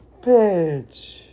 Bitch